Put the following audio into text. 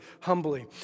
humbly